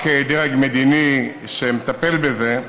רק דרג מדיני שמטפל בזה,